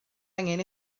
angen